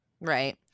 Right